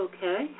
Okay